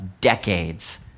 decades